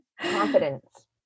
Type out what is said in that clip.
Confidence